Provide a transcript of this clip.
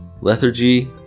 lethargy